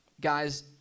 Guys